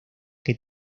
que